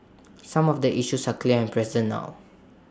some of the issues are clear and present now